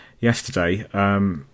yesterday